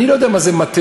אני לא יודע מה זה מטה.